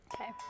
Okay